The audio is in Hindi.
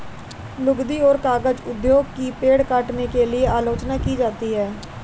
लुगदी और कागज उद्योग की पेड़ काटने के लिए आलोचना की जाती है